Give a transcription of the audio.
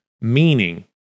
meaning